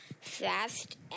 fast